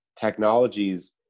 technologies